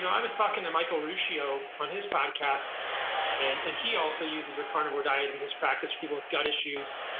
i was talking to michael ruscio on his podcast and and he also uses a carnivore diet in his practice, people with gut issues.